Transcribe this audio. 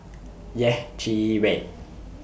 Yeh Chi Wei